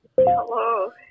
hello